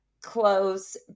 close